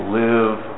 live